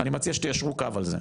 אני מציע שתיישרו קו על זה.